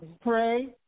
pray